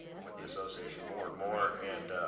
with the association more and more. and